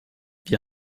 wir